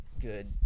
good